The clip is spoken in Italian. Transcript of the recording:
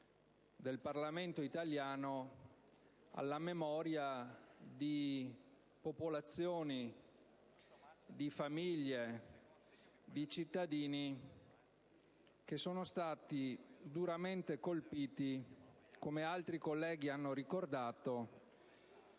del Parlamento italiano alla memoria di popolazioni, famiglie e cittadini che sono stati duramente colpiti, come altri colleghi hanno ricordato,